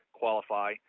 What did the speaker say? qualify